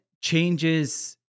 changes